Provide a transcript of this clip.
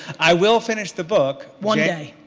i will finish the book one day.